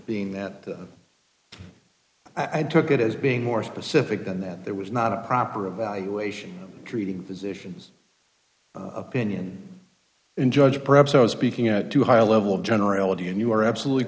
being that i took it as being more specific than that there was not a proper evaluation treating physicians opinion and judge perhaps i was speaking at too high a level of generality and you are absolutely